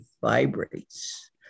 vibrates